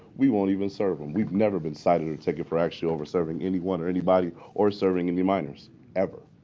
we won't even serve them. we've never been cited or ticketed for actually over serving anyone or anybody or serving any minors ever.